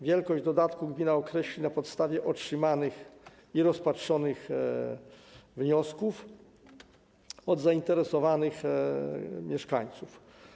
Wysokość dodatku gmina określi na podstawie otrzymanych i rozpatrzonych wniosków od zainteresowanych mieszkańców.